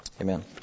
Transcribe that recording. Amen